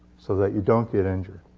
so that you don't get injured.